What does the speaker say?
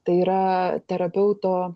tai yra terapeuto